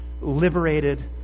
liberated